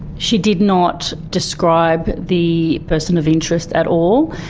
she did not describe the person of interest at all,